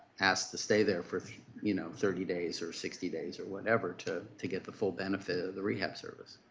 asked to stay there for you know thirty days or sixty days or whatever to to get the full benefit of the rehab service.